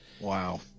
Wow